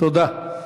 תודה.